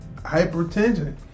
hypertension